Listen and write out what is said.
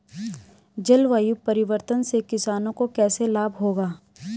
जलवायु परिवर्तन से किसानों को कैसे लाभ होगा?